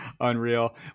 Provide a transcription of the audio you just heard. Unreal